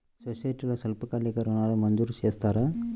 సొసైటీలో స్వల్పకాలిక ఋణాలు మంజూరు చేస్తారా?